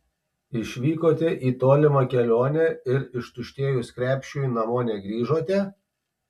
išvykote į tolimą kelionę ir ištuštėjus krepšiui namo negrįžote